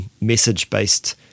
message-based